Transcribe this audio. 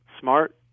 smart